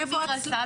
מאיפה את?